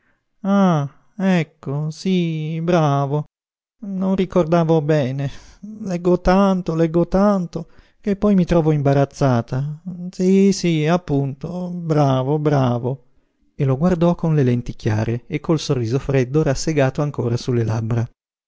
ah ecco sí bravo non ricordavo bene leggo tanto leggo tanto che poi mi trovo imbarazzata sí sí appunto bravo bravo e lo guardò con le lenti chiare e col sorriso freddo rassegato ancora sulle labbra